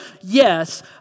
yes